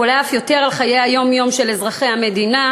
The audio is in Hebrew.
ואולי אף יותר, על חיי היום-יום של אזרחי המדינה,